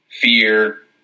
fear